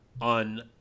on